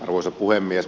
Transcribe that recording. arvoisa puhemies